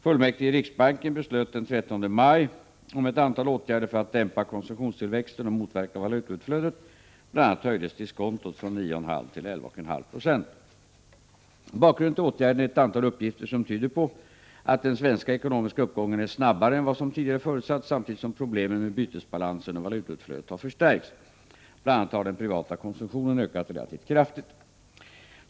Fullmäktige i riksbanken beslutade den 13 maj om ett antal åtgärder för att dämpa konsumtionstillväxten och motverka valutautflödet. Bl. a. höjdes diskontot från 9,5 till 11,5 96. Bakgrunden till åtgärderna är ett antal uppgifter som tyder på att den svenska ekonomiska uppgången är snabbare än vad som tidigare förutsatts, samtidigt som problemen med bytesbalansen och valutautflödet har förstärkts. Bl. a. har den privata konsumtionen ökat relativt kraftigt.